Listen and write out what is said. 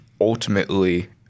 ultimately